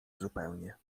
zupełnie